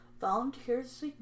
volunteers